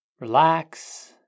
relax